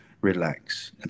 relax